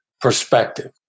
perspective